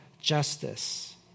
justice